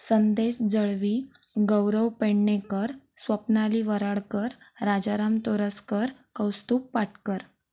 संदेश जळवी गौरव पेंणेकर स्वप्नाली वराडकर राजाराम तोरसकर कौस्तुब पाटकर